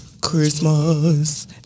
Christmas